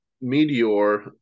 Meteor